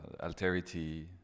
alterity